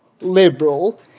liberal